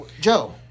Joe